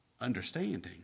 Understanding